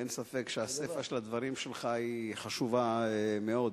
אין ספק שהסיפא של הדברים שלך חשובה מאוד.